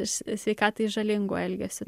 sveikatai žalingu elgesiu